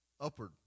upward